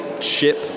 ship